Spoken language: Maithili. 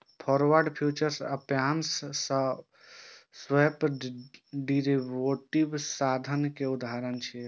फॉरवर्ड, फ्यूचर्स, आप्शंस आ स्वैप डेरिवेटिव साधन के उदाहरण छियै